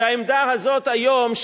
העמדה הזאת היום,